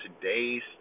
today's